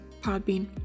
Podbean